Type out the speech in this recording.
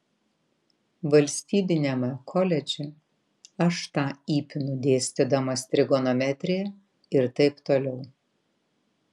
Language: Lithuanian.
valstybiniame koledže aš tą įpinu dėstydamas trigonometriją ir taip toliau